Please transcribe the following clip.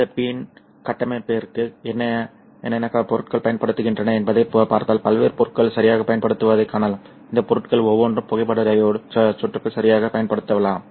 இந்த PIN கட்டமைப்பிற்கு என்னென்ன பொருட்கள் பயன்படுத்தப்படுகின்றன என்பதைப் பார்த்தால் பல்வேறு பொருட்கள் சரியாகப் பயன்படுத்தப்படுவதைக் காணலாம் இந்த பொருட்கள் ஒவ்வொன்றும் புகைப்பட டையோடு சுற்றுக்கு சரியாகப் பயன்படுத்தப்படலாம்